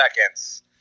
seconds